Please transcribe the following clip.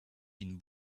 been